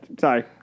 sorry